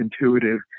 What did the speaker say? intuitive